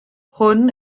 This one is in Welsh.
hwn